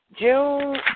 June